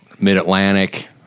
Mid-Atlantic